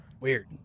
Weird